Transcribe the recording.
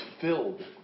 filled